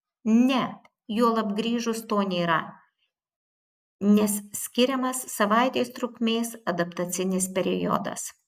ne juolab grįžus to nėra nes skiriamas savaitės trukmės adaptacinis periodas